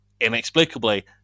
inexplicably